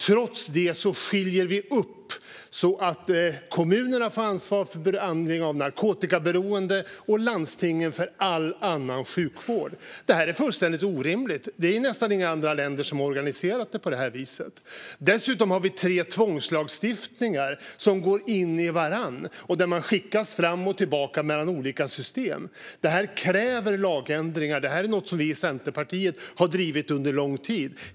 Trots det delas det upp så att kommunerna har ansvar för behandling av narkotikaberoende och landstingen för all annan sjukvård. Det är fullständigt orimligt, och nästan inga andra länder har organiserat det på detta vis. Dessutom har vi tre tvångslagstiftningar som går in i varandra och där man skickas fram och tillbaka mellan olika system. Det krävs lagändringar, och det är något som Centerpartiet har drivit under lång tid.